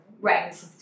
Right